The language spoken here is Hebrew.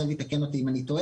זאב תקן אותי אם טועה.